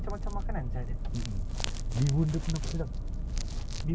so dia orang macam bila ni bihun dah satu malam punya rendam ya dia orang bilang